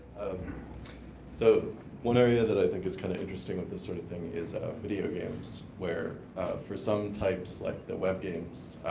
so one area that i think is kind of interesting with this sort of thing is video games, where for some types, like the web games,